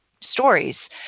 stories